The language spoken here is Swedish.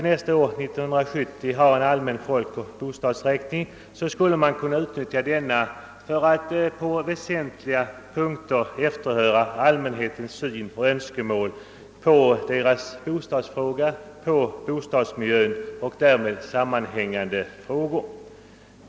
Nästa år skall en allmän folkoch bostadsräkning genomföras, och denna skulle kunna utnyttjas för att på väsentliga punkter efterhöra allmänhetens syn på och önskemål beträffande sin bostadsfråga och bostadsmiljö och därmed sammanhängande frågor.